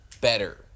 better